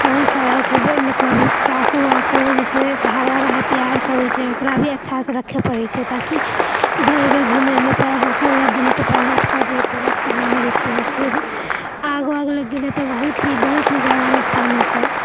बहुत सारा मतलब चाकू वाकू जे छै धारदार हथियार सब हइ छै ओकरा भी अच्छासँ राखै पड़ै छै ताकि इधर उधर घुमैमे पाएर हाथमे लागि गेलै तऽ पाएर हाथ कटि जेतै नोकसान हो जेतै फिर आगि वागि लागि गेलै तऽ बहुत ही बहुत ही ज्यादा नोकसान हेतै